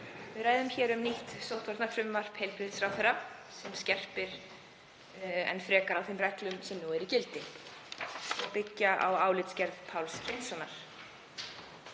Við ræðum hér um nýtt sóttvarnafrumvarp hæstv. heilbrigðisráðherra sem skerpir enn frekar á þeim reglum sem nú eru í gildi og byggja á álitsgerð Páls Hreinssonar.